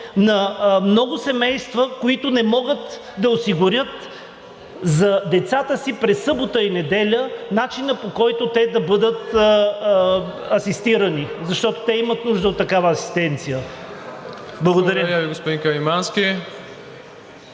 на много семейства, които не могат да осигурят за децата си през събота и неделя начина, по който те да бъдат асистирани. Защото те имат нужда от такава асистенция. Благодаря.